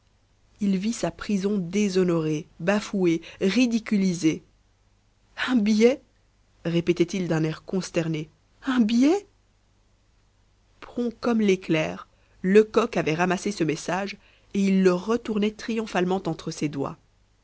il vit sa prison déshonorée bafouée ridiculisée un billet répétait-il d'un air consterné un billet prompt comme l'éclair lecoq avait ramassé ce message et il le retournait triomphalement entre ses doigts